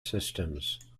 systems